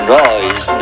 noise